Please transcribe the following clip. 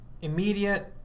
immediate